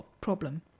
problem